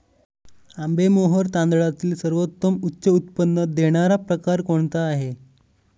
आंबेमोहोर तांदळातील सर्वोत्तम उच्च उत्पन्न देणारा प्रकार कोणता आहे?